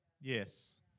yes